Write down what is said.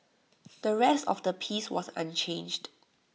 the rest of the piece was unchanged